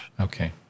Okay